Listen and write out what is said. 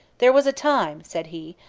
there was a time, said he,